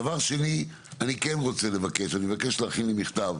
דבר שני אני כן רוצה לבקש, אני מבקש להכין לי מכתב